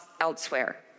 elsewhere